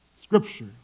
Scripture